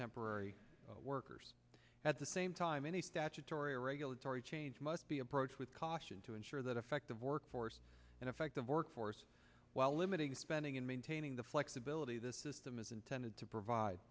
temporary workers at the same time any statutory regulatory change must be approached with caution to ensure that effective workforce and effective workforce while limiting spending and maintaining the flexibility the system is intended to provide